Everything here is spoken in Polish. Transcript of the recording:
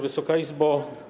Wysoka Izbo!